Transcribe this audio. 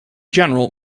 general